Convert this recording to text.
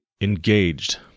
Engaged